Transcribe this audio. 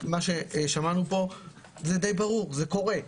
זה די ברור, זה קורה,